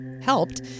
helped